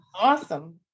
Awesome